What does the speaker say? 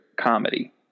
comedy